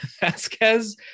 Vasquez